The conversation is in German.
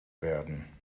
werden